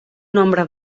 nombre